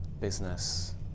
business